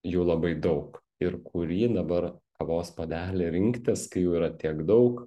jų labai daug ir kurį dabar kavos puodelį rinktis kai jų yra tiek daug